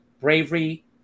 bravery